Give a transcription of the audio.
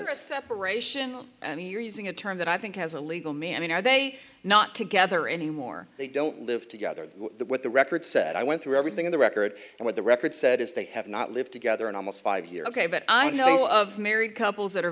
enough separation and you're using a term that i think has a legal man are they not together anymore they don't live together with the recordset i went through everything in the record and what the record said is they have not lived together in almost five years ok but i know of married couples that are